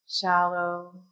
Shallow